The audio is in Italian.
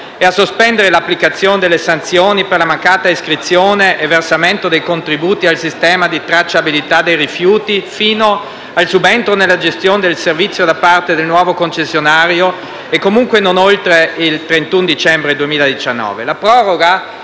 e a sospendere l'applicazione delle sanzioni per la mancata iscrizione e versamento dei contributi al sistema di tracciabilità dei rifiuti, fino al subentro nella gestione del servizio da parte del nuovo concessionario e comunque non oltre il 31 dicembre 2019.